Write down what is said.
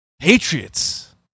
Patriots